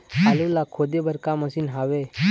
आलू ला खोदे बर का मशीन हावे?